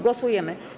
Głosujemy.